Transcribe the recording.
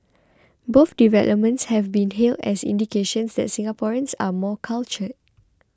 both developments have been hailed as indications that Singaporeans are more cultured